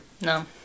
No